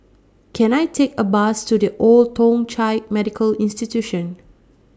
Can I Take A Bus to The Old Thong Chai Medical Institution